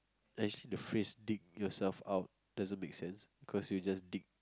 actually the phrase dig yourself out doesn't make sense cause you just dig